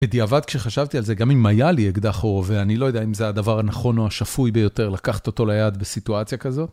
בדיעבד כשחשבתי על זה, גם אם היה לי אקדח או רובה, אני לא יודע אם זה הדבר הנכון או השפוי ביותר לקחת אותו ליד בסיטואציה כזאת.